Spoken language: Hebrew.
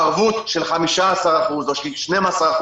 ערבות של 15% או של 12%,